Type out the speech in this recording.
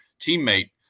teammate